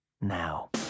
now